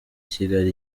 kigali